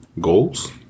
goals